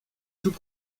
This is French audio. tout